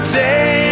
day